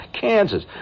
Kansas